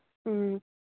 ꯎꯝ